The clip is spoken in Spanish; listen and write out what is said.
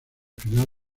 final